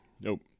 Nope